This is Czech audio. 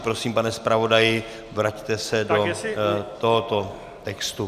Prosím, pane zpravodaji, vraťte se do tohoto textu.